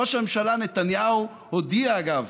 ראש הממשלה נתניהו הודיע, אגב,